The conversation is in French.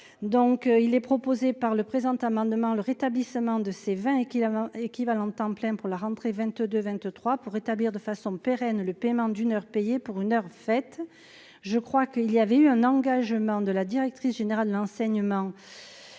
donc il est proposé par le présent amendement le rétablissement de ces vins et qu'il avait en équivalent temps plein pour la rentrée 22 23 pour établir de façon pérenne le paiement d'une heure, payer pour une heure fait je crois qu'il y avait eu un engagement de la directrice générale de l'enseignement